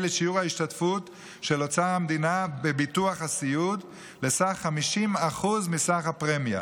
את שיעור ההשתתפות של אוצר המדינה בביטוח הסיעוד ל-50% מסך הפרמיה,